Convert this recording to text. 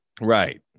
Right